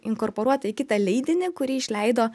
inkorporuota į kitą leidinį kurį išleido